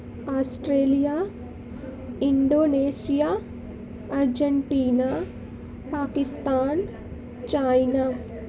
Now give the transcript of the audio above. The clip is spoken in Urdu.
Australia Indonesia Argentina Pakistan China